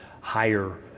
higher